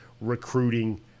recruiting